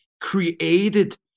created